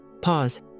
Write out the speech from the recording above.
pause